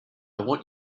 want